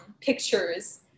pictures